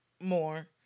more